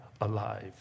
alive